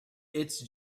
it’s